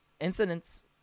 incidents